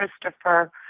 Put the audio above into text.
Christopher